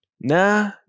Nah